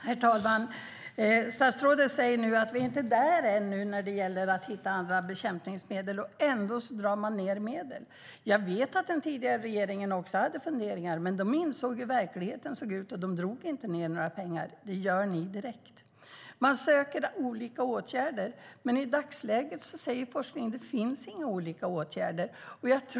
Herr talman! Statsrådet säger nu att vi inte är där än när det gäller att hitta andra bekämpningsmedel, men ändå drar man ned på medlen. Jag vet att den tidigare regeringen också hade funderingar, men de insåg hur verkligheten såg ut och drog inte ned några pengar. Det gör ni direkt. Man söker olika åtgärder, men i dagsläget säger forskningen att det inte finns några olika åtgärder.